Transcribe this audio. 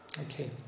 Okay